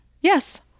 Yes